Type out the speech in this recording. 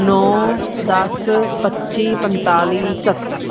ਨੌ ਦਸ ਪੱਚੀ ਪੰਤਾਲੀ ਸੱਤਰ